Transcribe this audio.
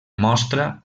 mostra